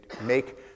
make